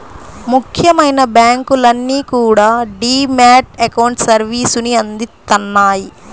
ముఖ్యమైన బ్యాంకులన్నీ కూడా డీ మ్యాట్ అకౌంట్ సర్వీసుని అందిత్తన్నాయి